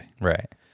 right